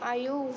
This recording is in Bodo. आयौ